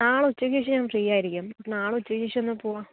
നാളെ ഉച്ചയ്ക്കുശേഷം ഞാൻ ഫ്രീയായിരിക്കും അപ്പോൾ നാളെ ഉച്ചയ്ക്കു ശേഷം ഒന്നു പോകാം